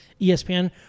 ESPN